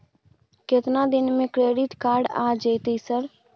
केतना दिन में क्रेडिट कार्ड आ जेतै सर?